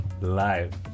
live